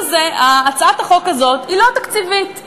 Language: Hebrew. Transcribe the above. הצעת החוק הזאת היא לא תקציבית,